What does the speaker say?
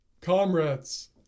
Comrades